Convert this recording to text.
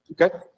Okay